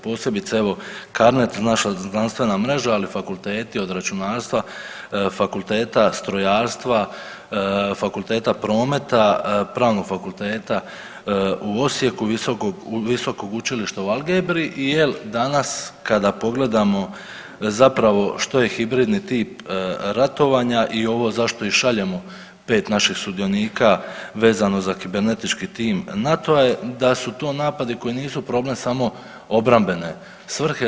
Posebice evo CARNET naša znanstvena mreža, ali i fakulteti od računarstva, fakulteta strojarstva, fakulteta prometa, Pravnog fakulteta u Osijeku, visokog učilišta u Algebri i jel danas kada pogledamo zapravo što je hibridni tip ratovanja i ovo zašto iz šaljemo 5 naših sudionika vezano za kibernetički tim …/nerazumljivo/… da su to napadi koji nisu problem samo obrambene svrhe.